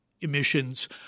emissions